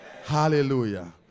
Hallelujah